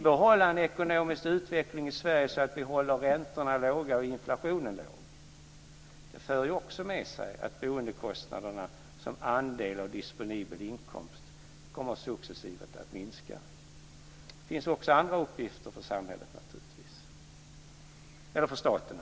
Behåller vi en ekonomisk utveckling i Sverige med låga räntor och låg inflation för det också med sig att boendekostnaderna som andel av disponibel inkomst successivt kommer att minska. Det finns naturligtvis också andra uppgifter för staten.